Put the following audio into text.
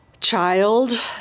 child